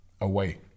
away